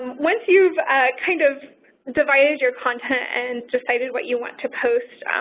um once you've kind of divided your content and decided what you want to post,